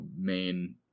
main